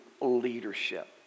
leadership